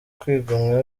kwigomwa